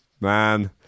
man